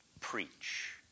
preach